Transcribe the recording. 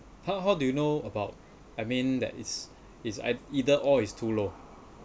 how how do you know about I mean that is is either or is too low